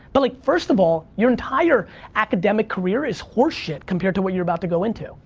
but like, first of all, your entire academic career is horseshit compared to what you're about to go into